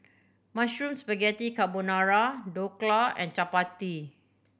Mushroom Spaghetti Carbonara Dhokla and Chapati